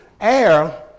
air